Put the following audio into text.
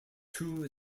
two